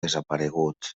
desaparegut